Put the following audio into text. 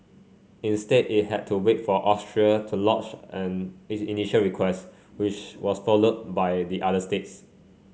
instead it had to wait for Austria to lodge an its initial request which was followed by the other states